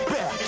Back